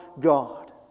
God